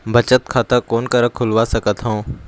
बचत खाता कोन करा खुलवा सकथौं?